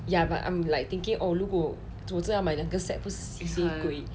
ya but I'm like thinking oh 如果我是要买那个 set 不是